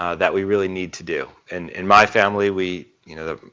ah that we really need to do. and in my family we, you know,